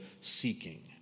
seeking